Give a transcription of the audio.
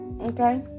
okay